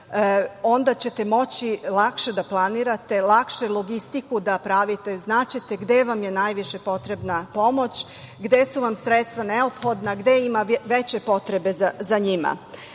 onda ćete moći lakše da planirate, lakše logistiku da pravite, znaćete gde vam je najviše potrebna pomoć, gde su vam sredstva neophodna, gde ima veće potrebe za